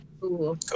Cool